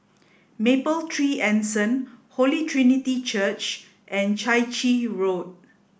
Mapletree Anson Holy Trinity Church and Chai Chee Road